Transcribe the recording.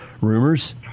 rumors